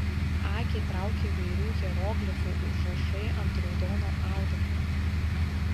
akį traukia įvairių hieroglifų užrašai ant raudono audeklo